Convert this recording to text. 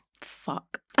fuck